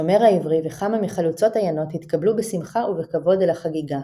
השומר העברי וכמה מחלוצות עיינות התקבלו בשמחה ובכבוד אל החגיגה.